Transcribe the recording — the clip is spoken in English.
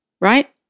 right